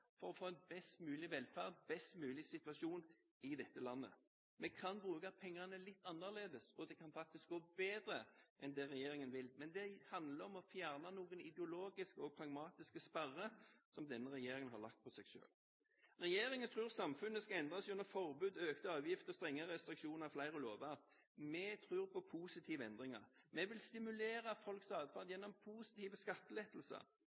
for å få en best mulig velferd og en best mulig situasjon i dette landet. Vi kan bruke pengene litt annerledes, og det kan faktisk gå bedre enn det regjeringen vil. Men det handler om å fjerne noen ideologiske og pragmatiske sperrer som denne regjeringen har lagt på seg selv. Regjeringen tror samfunnet skal endres gjennom forbud, økte avgifter og strenge restriksjoner og flere lover. Vi tror på positive endringer. Vi vil stimulere folks atferd gjennom positive skattelettelser.